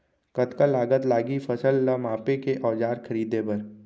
कतका लागत लागही फसल ला मापे के औज़ार खरीदे बर?